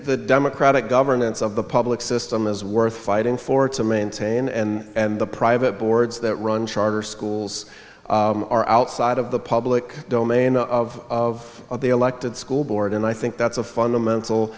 the democratic governance of the public system is worth fighting for to maintain and the private boards that run charter schools are outside of the public domain of the elected school board and i think that's a fundamental